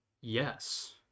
yes